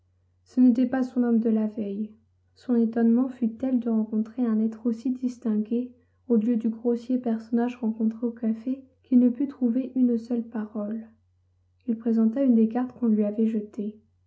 ce n'était pas son homme de la veille son étonnement fut tel de rencontrer un être aussi distingué au lieu du grossier personnage rencontré au café qu'il ne put trouver une seule parole il présenta une des cartes qu'on lui avait jetées